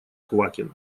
квакин